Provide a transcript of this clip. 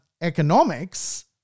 economics